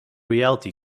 reality